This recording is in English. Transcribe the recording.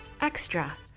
extra